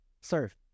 serve